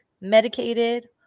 medicated